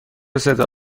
صدا